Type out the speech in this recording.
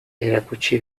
erakutsi